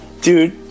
Dude